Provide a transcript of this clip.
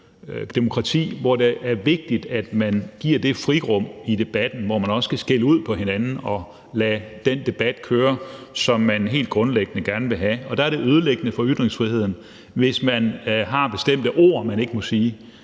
demokrati, hvor det er vigtigt, at man giver det frirum i debatten, hvor man også kan skælde ud på hinanden og lade den debat køre, som man helt grundlæggende gerne vil have. Og der er det ødelæggende for ytringsfriheden, hvis man har bestemte ord, man ikke må sige,